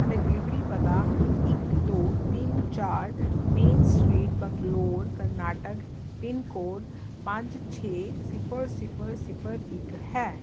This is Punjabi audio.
ਅਤੇ ਡਿਲੀਵਰੀ ਪਤਾ ਇੱਕ ਦੋ ਤਿੰਨ ਚਾਰ main street Bangalore Karnataka pin code ਪੰਜ ਛੇ ਸਿਫਰ ਸਿਫਰ ਸਿਫਰ ਇੱਕ ਹੈ